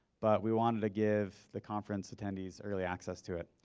but we wanted to give the conference attendees early access to it.